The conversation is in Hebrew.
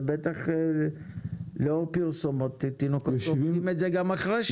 ובטח לאור פרסומות תינוקות לוקחים את זה גם אחרי גיל שנה.